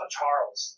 Charles